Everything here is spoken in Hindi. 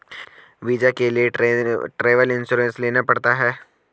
वीजा के लिए ट्रैवल इंश्योरेंस लेना पड़ता है